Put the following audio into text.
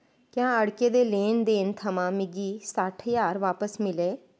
क्या अड़के दे लैन देन थमां मिगी सट्ठ ज्हार बापस मिले